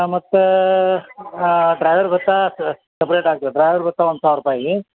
ಮತ್ತು ಡ್ರಾಯ್ವರ್ ಭತ್ಯೆ ಸಪ್ರೇಟ್ ಆಗ್ತದೆ ಡ್ರಾಯ್ವರ್ ಭತ್ಯೆ ಒಂದು ಸಾವಿರ ರೂಪಾಯಿ